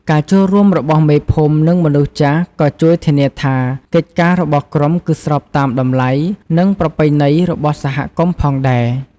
ការចូលរួមរបស់មេភូមិ និងមនុស្សចាស់ក៏ជួយធានាថា កិច្ចការរបស់ក្រុមគឺស្របតាមតម្លៃ និងប្រពៃណីរបស់សហគមន៍ផងដែរ។